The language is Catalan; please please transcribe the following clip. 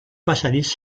passadís